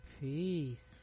peace